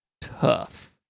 tough